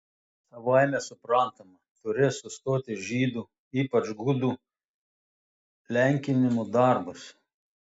savaime suprantama turės sustoti žydų ypač gudų lenkinimo darbas